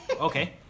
Okay